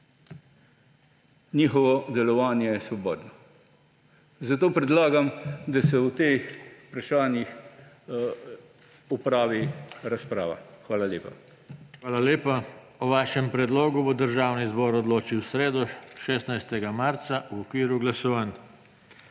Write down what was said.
njihovo delovanje je svobodno. Zato predlagam, da se o teh vprašanjih opravi razprava. Hvala lepa. PODPREDSEDNIK JOŽE TANKO: Hvala lepa. O vašem predlogu bo Državni zbor odločil v sredo, 16. marca, v okviru glasovanj.